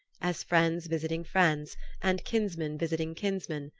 as friends visiting friends and kinsmen visiting kinsmen,